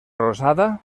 rosada